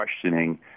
questioning